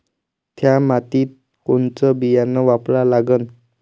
थ्या मातीत कोनचं बियानं वापरा लागन?